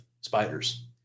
spiders